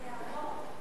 זה יעבור.